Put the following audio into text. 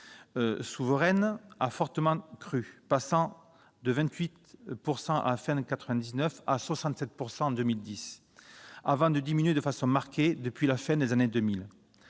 des non-résidents a fortement crû, passant de 28 % à la fin de 1999 à 67 % en 2010, avant de diminuer de façon marquée depuis la fin des années 2000.